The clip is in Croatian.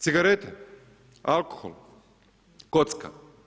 Cigarete, alkohol, kocka.